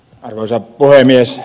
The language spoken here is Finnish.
arvoisa puhemies